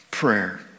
Prayer